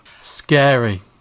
Scary